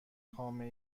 خامه